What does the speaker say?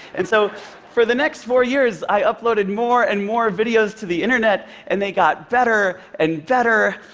and so for the next four years, i uploaded more and more videos to the internet, and they got better and better,